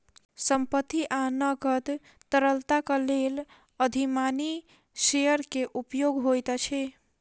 संपत्ति आ नकद तरलताक लेल अधिमानी शेयर के उपयोग होइत अछि